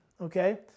okay